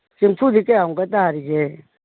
ꯆꯦꯡꯐꯨꯗꯤ ꯀꯌꯥꯃꯨꯛꯀ ꯇꯥꯔꯤꯒꯦ